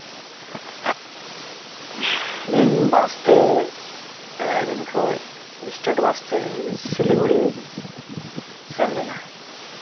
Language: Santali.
ᱤᱧ ᱵᱟᱥᱛᱮ ᱠᱷᱚᱡ ᱥᱴᱮᱴ ᱵᱟᱥᱛᱮ ᱥᱤᱞᱤ ᱜᱩᱲᱤᱧ ᱥᱮᱱ ᱞᱮᱱᱟ